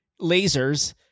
lasers